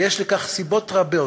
ויש לכך סיבות רבות,